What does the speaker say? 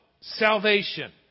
Salvation